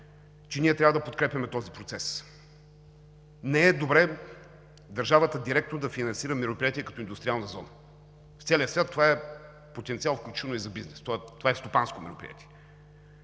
че ние трябва да подкрепяме този процес, не е добре държавата директно да финансира мероприятие като индустриална зона. В целия свят това е потенциал, включително и за бизнес. Това е стопанско мероприятие